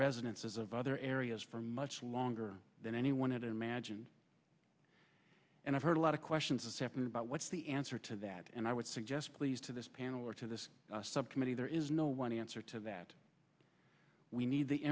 residences of other areas for much longer than anyone had imagined and i've heard a lot of questions a second about what's the answer to that and i would suggest please to this panel or to this subcommittee there is no one answer to that we need the